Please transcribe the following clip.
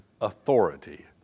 authority